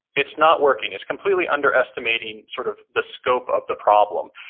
it's not working. it's completely underestimating sort of the scope of the problem.